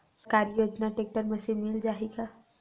सरकारी योजना tractor machine मिल जाही का?